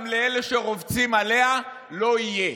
גם לאלה שרובצים עליה לא יהיה,